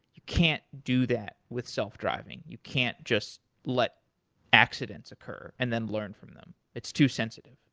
you can't do that with self-driving. you can't just let accidents occur and then learn from them. it's too sensitive.